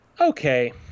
okay